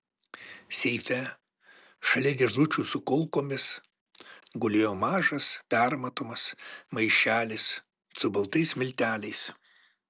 seife šalia dėžučių su kulkomis gulėjo mažas permatomas maišelis su baltais milteliais